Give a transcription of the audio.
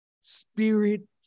spirit